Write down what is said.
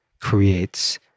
creates